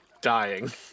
dying